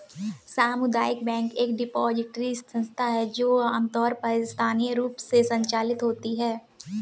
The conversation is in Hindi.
सामुदायिक बैंक एक डिपॉजिटरी संस्था है जो आमतौर पर स्थानीय रूप से संचालित होती है